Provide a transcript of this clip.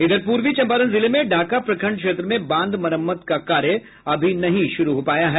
इधर पूर्वी चंपारण जिले में ढाका प्रखंड क्षेत्र में बांध मरम्मत का कार्य अभी नहीं शुरू हो पाया है